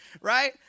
right